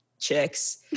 chicks